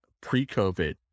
Pre-COVID